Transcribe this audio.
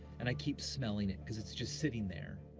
and i keep smelling it cause it's just sitting there.